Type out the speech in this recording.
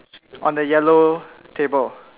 on the yellow table